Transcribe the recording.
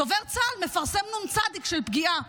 דובר צה"ל מפרסם נ"צ של פגיעה.